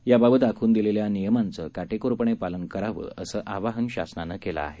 याबाबत आखून दिलेल्या नियमांचं कठोरपणे पालन केलं जावं असं आवाहन शासनानं केला आहे